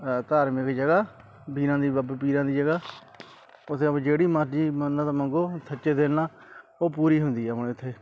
ਧਾਰਮਿਕ ਜਗ੍ਹਾ ਪੀਰਾਂ ਦੀ ਬਾਬੇ ਪੀਰਾਂ ਦੀ ਜਗ੍ਹਾ ਉੱਥੇ ਆਪਾਂ ਜਿਹੜੀ ਮਰਜ਼ੀ ਮੰਨਤ ਮੰਗੋ ਸੱਚੇ ਦਿਲ ਨਾਲ ਉਹ ਪੂਰੀ ਹੁੰਦੀ ਹੈ ਮਤਲਬ ਇੱਥੇ